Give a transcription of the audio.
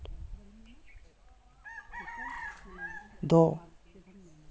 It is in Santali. ᱫᱚ